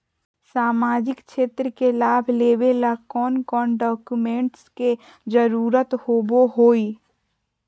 सामाजिक क्षेत्र के लाभ लेबे ला कौन कौन डाक्यूमेंट्स के जरुरत होबो होई?